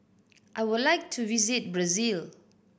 I would like to visit Brazil